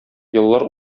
еллар